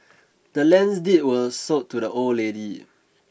the land's deed were sold to the old lady